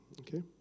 Okay